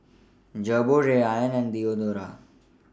Gogo Rayban and Diadora